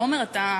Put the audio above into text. את מזלם,